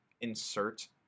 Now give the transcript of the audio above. insert